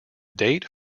date